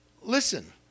listen